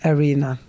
Arena